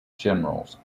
generals